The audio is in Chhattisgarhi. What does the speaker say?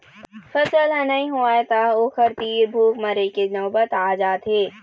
फसल ह नइ होवय त ओखर तीर भूख मरे के नउबत आ जाथे